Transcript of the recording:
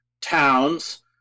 towns